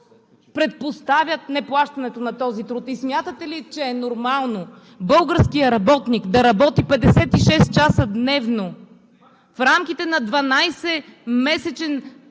предпоставят неплащането на този труд. Смятате ли, че е нормално българският работник да работи 56 часа седмично в рамките на 12-месечен